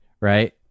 right